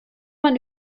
man